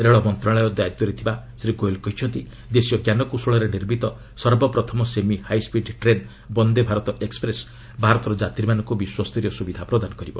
ରେଳ ମନ୍ତ୍ରଣାଳୟ ଦାୟିତ୍ୱରେ ଥିବା ଶ୍ରୀ ଗୋୟଲ୍ କହିଛନ୍ତି ଦେଶୀୟ ଜ୍ଞାନ କୌଶଳରେ ନିର୍ମିତ ସର୍ବପ୍ରଥମ semi high speed train Vande Bharat express ଭାରତର ଯାତ୍ରୀମାନଙ୍କ ବିଶ୍ୱସ୍ତରୀୟ ସ୍ରବିଧା ପ୍ରଦାନ କରିବ